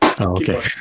Okay